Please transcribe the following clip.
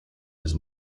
his